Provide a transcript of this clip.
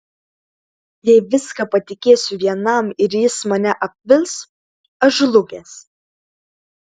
jei viską patikėsiu vienam ir jis mane apvils aš žlugęs